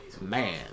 man